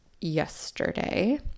yesterday